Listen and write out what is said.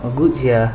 !wah! good sia